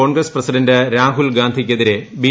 Congress president Rahul ഗാന്ധിയ്ക്കെതിരെ B